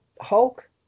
Hulk